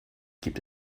gibt